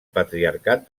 patriarcat